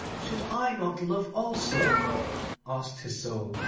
should i not love also asked his soul.